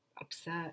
upset